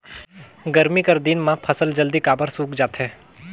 गरमी कर दिन म फसल जल्दी काबर सूख जाथे?